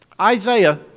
Isaiah